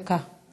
דקה.